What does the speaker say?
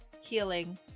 Healing